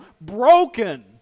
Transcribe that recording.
broken